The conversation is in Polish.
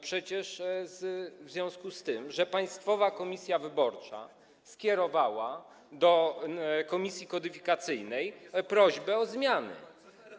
Przecież jest w związku z tym, że Państwowa Komisja Wyborcza skierowała do komisji kodyfikacyjnej prośbę o zmiany.